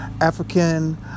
African